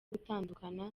gutandukana